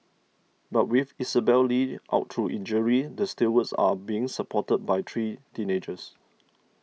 but with Isabelle Li out through injury the stalwarts are being supported by three teenagers